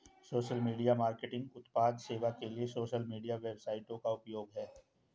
social media marketing उत्पाद सेवा के लिए सोशल मीडिया वेबसाइटों का उपयोग है